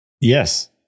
Yes